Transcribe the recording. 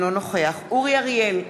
אינו נוכח אורי אריאל,